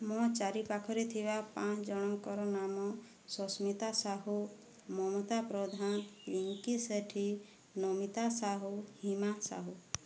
ମୋ ଚାରିପାଖରେ ଥିବା ପାଞ୍ଚଜଣଙ୍କର ନାମ ସସ୍ମିତା ସାହୁ ମମତା ପ୍ରଧାନ ରିଙ୍କି ସେଠି ନମିତା ସାହୁ ହିମା ସାହୁ